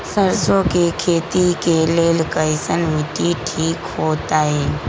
सरसों के खेती के लेल कईसन मिट्टी ठीक हो ताई?